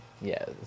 Yes